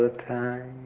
ah time